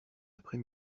après